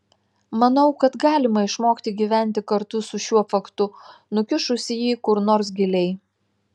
manau kad galima išmokti gyventi kartu su šiuo faktu nukišus jį kur nors giliai